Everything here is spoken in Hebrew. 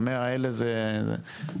ה-100 האלה זה סנונית,